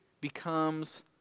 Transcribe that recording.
becomes